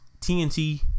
TNT